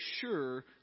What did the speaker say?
sure